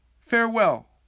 Farewell